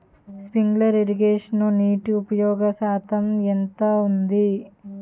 Sprinkler ఇరగేషన్లో నీటి ఉపయోగ శాతం ఎంత ఉంటుంది?